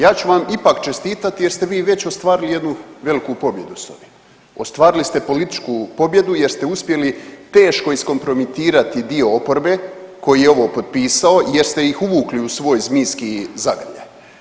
Ja ću vam ipak čestitati jer ste vi već ostvarili jednu veliku pobjedu s ovim, ostvarili ste političku pobjedu jer ste uspjeli teško iskompromitirati dio oporbe koji je ovo potpisao jer ste ih uvukli u svoj zmijski zagrljaj.